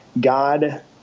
god